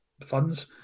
funds